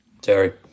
Terry